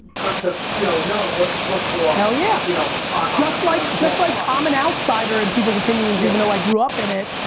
come to you know know what to look for hell yeah. you know just like, just like i'm um an outsider in people's opinions even though i grew up in it,